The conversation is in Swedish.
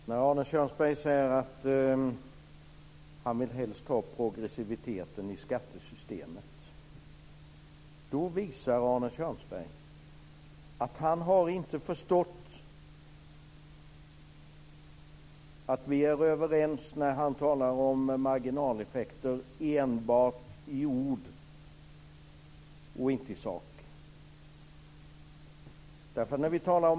Fru talman! När Arne Kjörnsberg säger att han helst vill ha progressiviteten i skattesystemet visar han att han inte har förstått att vi är överens enbart i ord, inte i sak, när vi talar om marginaleffekter.